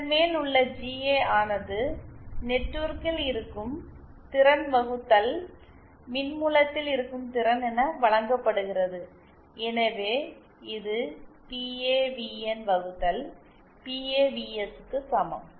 இதன் மேல் உள்ள ஜிஏ ஆனது நெட்வொர்க்கில் இருக்கும் திறன் வகுத்தல் மின்மூலத்தில் இருக்கும் திறன் என வழங்கப்படுகிறது எனவே இது பிஏவிஎன் வகுத்தல் பிஏவிஎஸ் க்கு சமம்